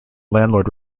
landlord